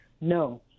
No